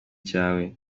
cyawe